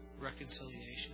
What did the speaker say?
reconciliation